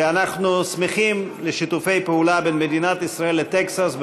ואנחנו שמחים לשיתופי פעולה בין מדינת ישראל לטקסס,